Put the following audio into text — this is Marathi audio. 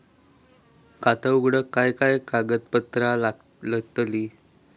खाता उघडूक काय काय कागदपत्रा लागतली?